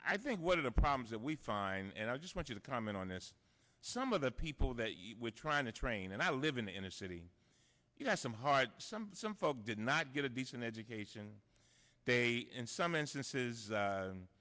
i think one of the problems that we find and i just want you to comment on this some of the people that you were trying to train and i live in the inner city you know some hard some some folks did not get a decent education they in some instances